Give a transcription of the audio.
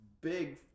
big